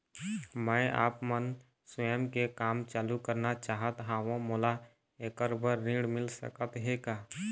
मैं आपमन स्वयं के काम चालू करना चाहत हाव, मोला ऐकर बर ऋण मिल सकत हे का?